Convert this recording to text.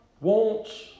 wants